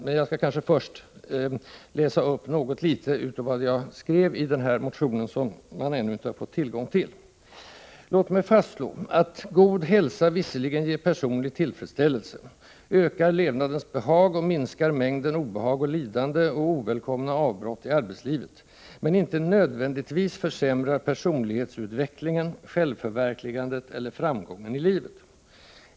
Men jag borde kanske först läsa upp något litet av vad jag skrev i den här motionen som man således ännu inte har fått tillgång till: ”Låt mig fastslå att god hälsa visserligen ger personlig tillfredsställelse, ökar levnadens behag och minskar mängden obehag och lidande samt ovälkomna avbrott i arbetslivet, men icke nödvändigtvis försämrar personlighetsutvecklingen, ”självförverkligandet” eller framgången i livet.